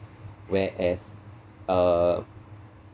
whereas uh